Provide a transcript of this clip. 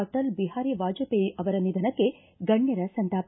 ಅಟಲ್ ಬಿಹಾರಿ ವಾಜಪೇಯಿ ಅವರ ನಿಧನಕ್ಕೆ ಗಣ್ಣರ ಸಂತಾಪ